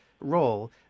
role